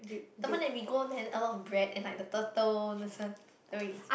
the one that we go then a lot of bread and like the turtle this one then we